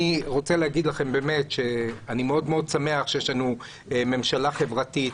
אני רוצה להגיד לכם שאני מאוד שמח שיש לנו ממשלה חברתית,